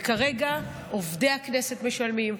וכרגע עובדי הכנסת משלמים,